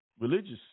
religious